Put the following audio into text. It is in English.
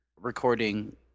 recording